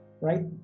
right